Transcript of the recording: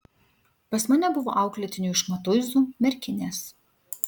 pas mane buvo auklėtinių iš matuizų merkinės